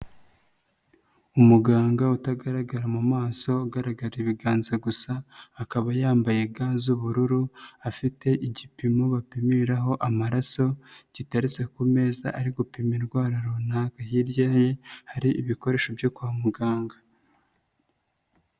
Umuganga utagaragara mu maso ugaragara ibiganza gusa, akaba yambaye ga z'ubururu, afite igipimo bapimiraho amaraso giteretse ku meza ari gupima indwara runaka, hirya ye hari ibikoresho byo kwa muganga.